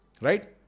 Right